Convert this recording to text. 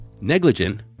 negligent